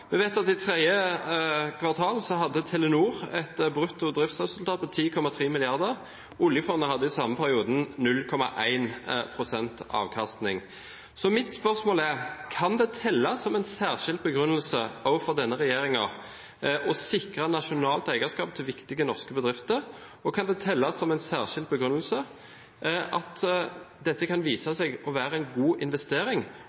Vi vet at i tredje kvartal hadde Telenor et brutto driftsresultat på 10,3 mrd. kr. Oljefondet hadde i samme periode 0,1 pst. avkastning. Mitt spørsmål er: Kan det telle som en særskilt begrunnelse, òg for denne regjeringen, å sikre nasjonalt eierskap til viktige norske bedrifter, og kan det telle som en særskilt begrunnelse at det faktisk kan